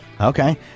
Okay